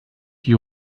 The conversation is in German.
die